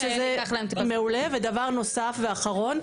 ודבר אחרון נוסף ואחרון,